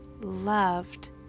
loved